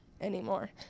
anymore